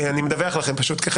מקנאים בכם על כך